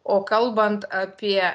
o kalbant apie